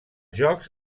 jocs